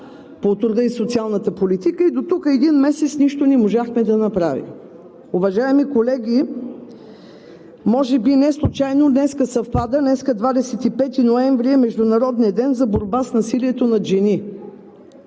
по труда и социалната политика и дотук – един месец, нищо не можахме да направим. Уважаеми колеги, може би неслучайно днес съвпада –25 ноември е Международният ден за борба с насилието над жени.